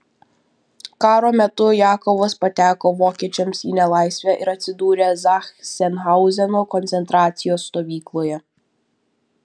karo metu jakovas pateko vokiečiams į nelaisvę ir atsidūrė zachsenhauzeno koncentracijos stovykloje